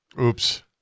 Oops